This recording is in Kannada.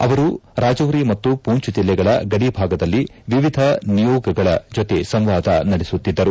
ಅವರು ರಾಜೌರಿ ಮತ್ತು ಪೂಂಚ್ ಜಿಲ್ಲೆಗಳ ಗಡಿಭಾಗದಲ್ಲಿ ವಿವಿಧ ನಿಯೋಗಗಳ ಜೊತೆ ಸಂವಾದ ನಡೆಸುತ್ತಿದ್ದರು